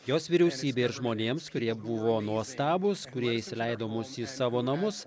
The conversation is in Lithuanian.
jos vyriausybei ir žmonėms kurie buvo nuostabūs kurie įsileido mus į savo namus